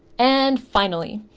and finally,